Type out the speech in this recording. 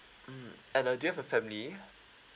mm and uh do you have a family